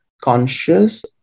conscious